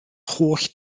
holl